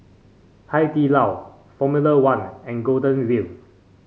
Hai Di Lao Formula One and Golden Wheel